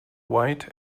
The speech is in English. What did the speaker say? white